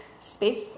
space